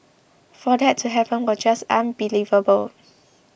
for that to happen was just unbelievable